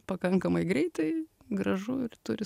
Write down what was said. pakankamai greitai gražu ir turi